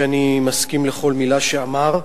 שאני מסכים לכל מלה שהוא אמר,